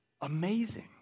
amazing